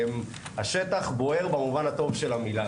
השטח בוער, במובן הטוב של המילה.